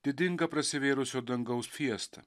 didinga prasivėrusio dangaus fiesta